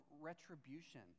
retribution